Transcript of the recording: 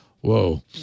Whoa